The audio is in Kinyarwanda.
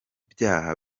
byaha